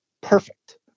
perfect